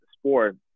sport